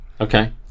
Okay